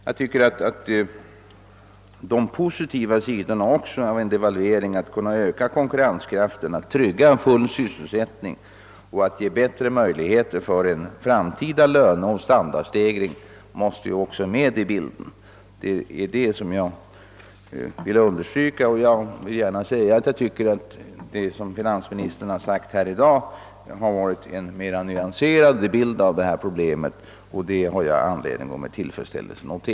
Jag vill understryka att de positiva sidorna av en devalvering — att kunna öka konkurrenskraften, trygga full sysselsättning och ge bättre möjlighet för en framtida löneoch standardstegring — också måste med i bilden. Enligt min mening har finansministerns ord i dag visat en mer nyanserad syn på detta problem. Det har jag anledning att notera med tillfredsställelse.